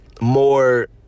more